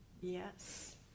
yes